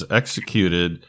executed